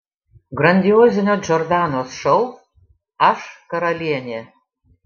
grandiozinio džordanos šou aš karalienė